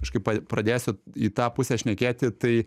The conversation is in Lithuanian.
kažkaip pa pradėsiu į tą pusę šnekėti tai